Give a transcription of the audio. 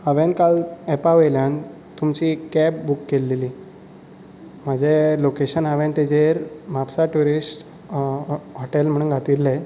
हांवेंन काल ऍपा वयल्यान तुमची कॅब बूक केल्ली म्हाजें लोकेशन हांवेन तेजेर म्हापसा टुरीस्ट हॉटेल म्हणून घातलेले